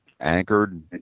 anchored